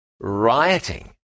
rioting